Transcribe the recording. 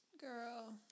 girl